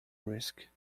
risk